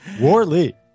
Warley